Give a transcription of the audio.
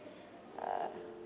uh